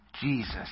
Jesus